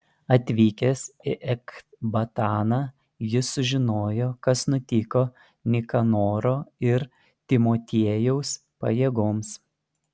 atvykęs į ekbataną jis sužinojo kas nutiko nikanoro ir timotiejaus pajėgoms